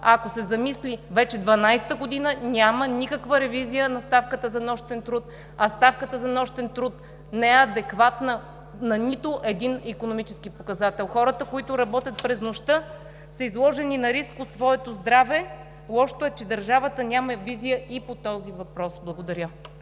ако се замислим, че вече дванадесета година няма никаква ревизия на ставката за нощен труд, а тя не е адекватна на нито един икономически показател. Хората, които работят през нощта, са изложени на риск за своето здраве. Лошото е, че държавата няма визия и по този въпрос. Благодаря.